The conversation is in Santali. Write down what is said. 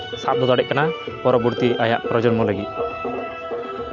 ᱥᱟᱵ ᱫᱚᱦᱚ ᱫᱟᱲᱮᱭᱟᱜ ᱠᱟᱱᱟᱭ ᱯᱚᱨᱚᱵᱚᱨᱛᱤ ᱟᱭᱟᱜ ᱯᱨᱚᱡᱚᱱᱢᱚ ᱞᱟᱹᱜᱤᱫ